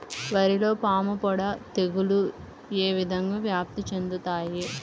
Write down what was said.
వరిలో పాముపొడ తెగులు ఏ విధంగా వ్యాప్తి చెందుతాయి?